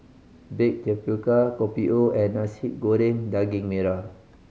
baked tapioca Kopi O and Nasi Goreng Daging Merah